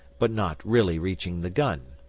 but not really reaching the gun.